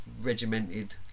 regimented